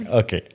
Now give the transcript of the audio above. okay